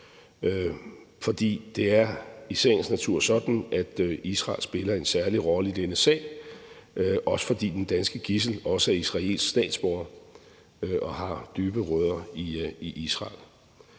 for det er i sagens natur sådan, at Israel spiller en særlig rolle i denne sag, også fordi det danske gidsel også er israelsk statsborger og har dybe rødder i Israel.